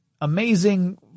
amazing